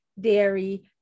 dairy